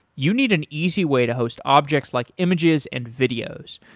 you need an easy way to host objects like images and videos.